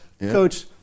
Coach